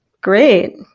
Great